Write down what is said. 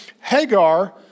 Hagar